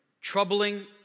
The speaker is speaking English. troubling